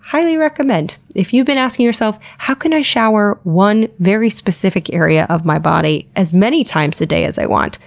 highly recommend. if you've been asking yourself, how can i shower one very specific area of my body as many times a day as i want?